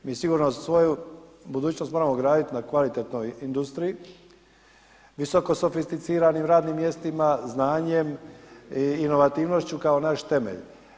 Mi sigurno svoju budućnost moramo graditi na kvalitetnoj industriji, visoko sofisticiranim radnim mjestima, znanjem, inovativnošću kao naš temelj.